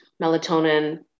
melatonin